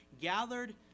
gathered